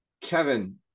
Kevin